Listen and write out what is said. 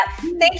Thank